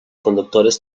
conductores